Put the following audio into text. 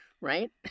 right